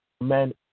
men